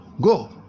Go